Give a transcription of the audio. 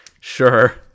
Sure